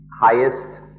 highest